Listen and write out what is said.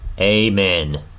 Amen